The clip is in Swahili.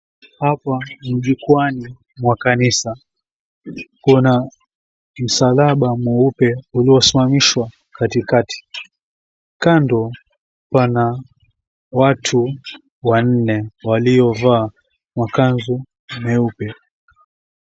Hapa ni jukwaani mwa kanisa, kuna msalaba mweupe uliosimamishwa katikati, kando pana watu wanne waliovaa makanzu meupe.